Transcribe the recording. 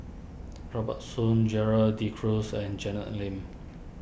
Robert Soon Gerald De Cruz and Janet Lim